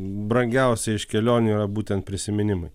brangiausia iš kelionių yra būtent prisiminimai